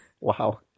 Wow